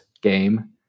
game